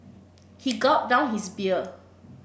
he gulped down his beer